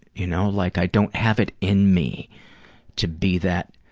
you know like i don't have it in me to be that